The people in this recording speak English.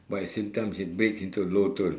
but at the same time it breaks into a low tone